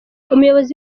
umuyobozi